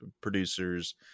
producers